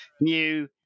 new